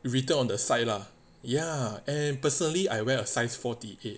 written on the side lah ya and personally I wear a size forty eight